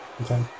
okay